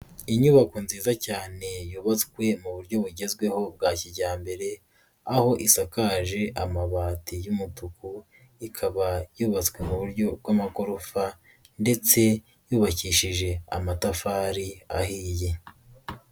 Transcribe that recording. Inyubako nziza cyane yubatswe mu buryo bugezweho bwa kijyambere, aho isakaje amabati y'umutuku, ikaba yubatswe mu buryo bw'amagorofa ndetse yubakishije amatafari ahiye.